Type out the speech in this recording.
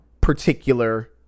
particular